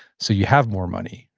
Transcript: so you have more money,